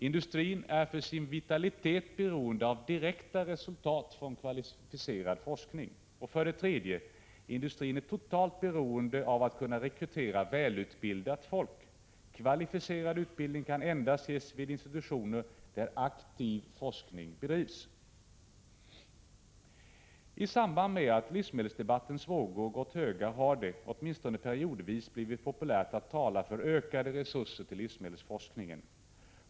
Industrin är för sin vitalitet beroende av direkta resultat från kvalificerad forskning. 3. Industrin är totalt beroende av att kunna rekrytera välutbildat folk. Kvalificerad utbildning kan endast ges vid institutioner, där aktiv forskning bedrivs. I samband med att livsmedelsdebattens vågor gått höga har det, åtminstone periodvis, blivit populärt att tala för ökade resurser till livsmedelsforskningen.